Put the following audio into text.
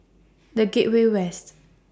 The Gateway West